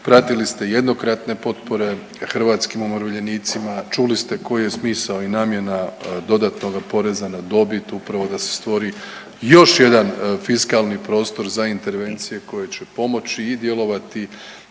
pratili ste jednokratne potpore hrvatskim umirovljenicima, čuli ste koji je smisao i namjena dodatnog poreza na dobit, upravo da se stvori još jedan fiskalni prostor za intervencije koje će pomoći i djelovati